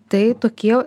tai tokie